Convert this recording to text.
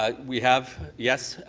um we have, yes.